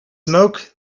smoke